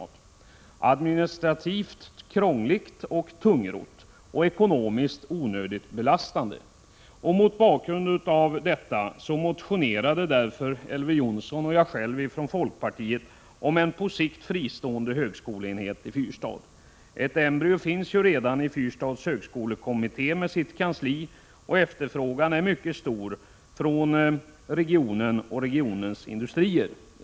Detta är administrativt krångligt och tungrott samt ekonomiskt onödigt belastande. Mot bakgrund av detta har Elver Jonsson och jag själv från folkpartiet motionerat om en på sikt fristående högskoleenhet i Fyrstad. Ett embryo finns redan i Fyrstads högskolekommitté med dess kansli, där man möter en mycket stor efterfrågan från regionen och dess industrier.